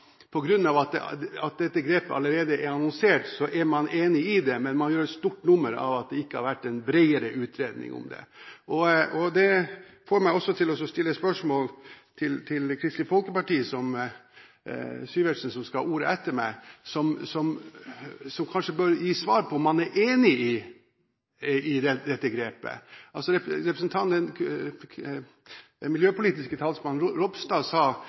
grunn av at dette grepet allerede er annonsert, er man enig i det. Men man gjør et stort nummer av at det ikke har vært en bredere utredning om det. Det får meg også til å stille spørsmål til Kristelig Folkeparti og representanten Syversen som skal ha ordet etter meg: Er man enig i dette grepet? Miljøpolitisk talsmann i Kristelig Folkeparti, representanten Ropstad, sa